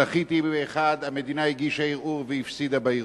זכיתי באחד, המדינה הגישה ערעור והפסידה בערעור.